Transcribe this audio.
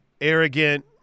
arrogant –